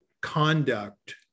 conduct